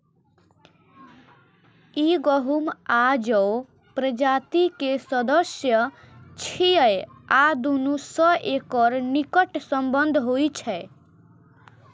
ई गहूम आ जौ प्रजाति के सदस्य छियै आ दुनू सं एकर निकट संबंध होइ छै